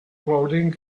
clothing